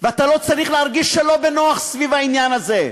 ואתה לא צריך להרגיש שלא בנוח סביב העניין הזה.